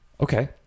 okay